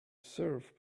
serve